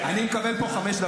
אתה לא פרשן, אתה היושב-ראש.